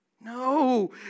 No